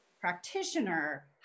practitioner